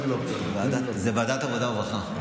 זה ועדת העבודה והרווחה.